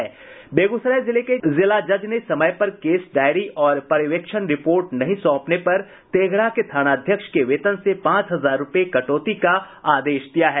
बेगूसराय जिले के जिला जज पे समय पर केस डायरी और पर्यवेक्षण रिपोर्ट नहीं सौंपने पर तेघड़ा के थाना अध्यक्ष के वेतन से पांच हजार रूपये कटौती का आदेश दिया है